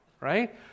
right